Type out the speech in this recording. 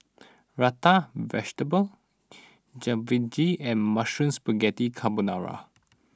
Raita Vegetable Jalfrezi and Mushroom Spaghetti Carbonara